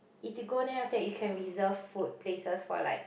Eatigo then after you can reserve food places for like